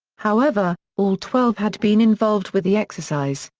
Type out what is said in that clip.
however, all twelve had been involved with the exercise,